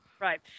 Right